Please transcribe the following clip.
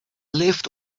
lift